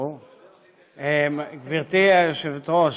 גברתי היושבת-ראש,